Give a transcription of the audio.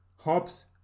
hops